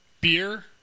beer